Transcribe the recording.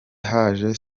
haje